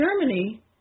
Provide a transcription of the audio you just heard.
germany